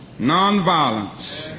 nonviolence.